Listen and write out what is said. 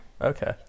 okay